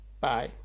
Bye